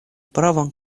правом